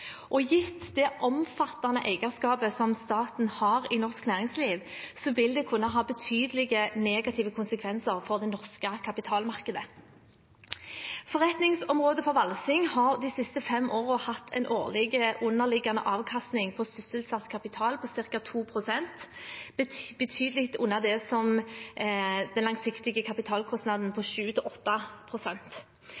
og gitt det omfattende eierskapet som staten har i norsk næringsliv, vil det kunne ha betydelige negative konsekvenser for det norske kapitalmarkedet. Forretningsområdet for valsing har de siste fem årene hatt en årlig underliggende avkastning på sysselsatt kapital på ca. 2 pst. – betydelig under den langsiktige kapitalkostnaden på